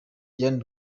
diane